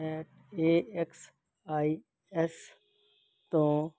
at a X I S ਤੋਂ